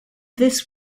this